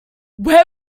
where